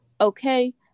Okay